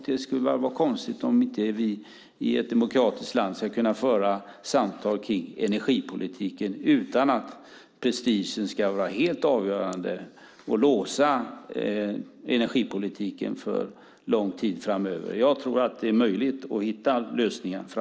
Det vore konstigt om inte vi i ett demokratiskt land ska kunna föra samtal om energipolitiken, utan att prestigen ska vara helt avgörande och låsa energipolitiken för lång tid framöver. Jag tror att det är möjligt att hitta lösningar.